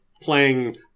playing